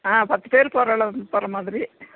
ஆ பத்து பேரு போறல போகிற மாதிரி